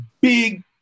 big